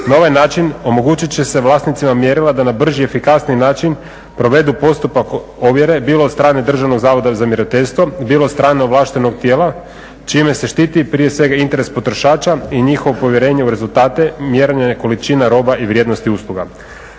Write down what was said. Na ovaj način omogućit će se vlasnicima mjerila da na brži i efikasniji način provedu postupak ovjere, bilo od strane Državnog zavoda za mjeriteljstvo, bilo od strane ovlaštenog tijela čime se štiti prije svega interes potrošača i njihovo povjerenje u rezultate, mjerenje količina roba i vrijednosti usluga.